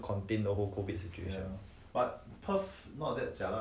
ya like the internal not not nonsense internal